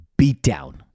beatdown